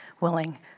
willing